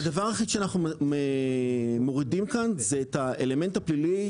הדבר היחיד שאנחנו מורידים כאן זה את האלמנט הפלילי.